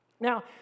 Now